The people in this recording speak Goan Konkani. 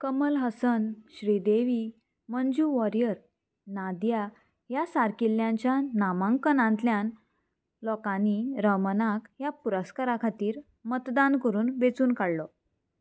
कमल हसन श्रीदेवी मंजू वॉरियर नादिया ह्या सारकिल्ल्याच्या नामांकांतल्यान लोकांनी रमनाक ह्या पुरस्कारा खातीर मतदान करून वेंचून काडलो